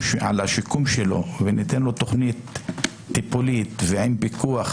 שלו וניתן לו תכנית טיפולית עם פיקוח